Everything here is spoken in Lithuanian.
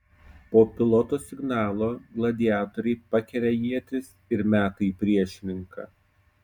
po piloto signalo gladiatoriai pakelia ietis ir meta į priešininką